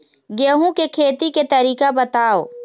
गेहूं के खेती के तरीका बताव?